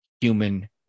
human